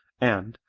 and,